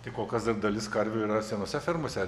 tai kol kas dar dalis karvių yra senose fermose